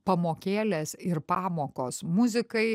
pamokėlės ir pamokos muzikai